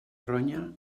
ronya